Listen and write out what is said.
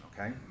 okay